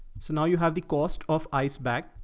so now you have the cost of ice bag.